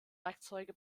werkzeuge